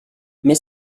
mais